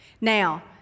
Now